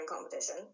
competition